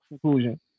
conclusion